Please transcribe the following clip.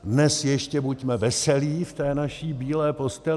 Dnes ještě buďme veselí v té naší bílé posteli.